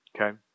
Okay